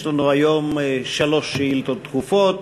יש לנו היום שלוש שאילתות דחופות.